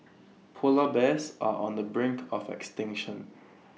Polar Bears are on the brink of extinction